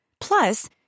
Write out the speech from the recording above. Plus